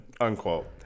unquote